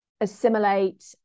assimilate